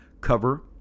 cover